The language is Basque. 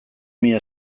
mila